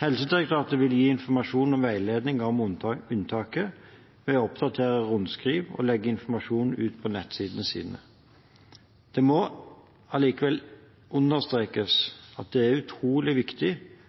Helsedirektoratet vil gi informasjon og veiledning om unntaket ved å oppdatere rundskriv og legge informasjon ut på nettsidene sine. Det må allikevel understrekes at det er utrolig viktig